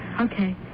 Okay